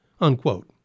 unquote